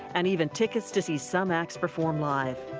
and even tickets to see some acts performed lived.